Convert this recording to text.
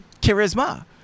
charisma